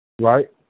Right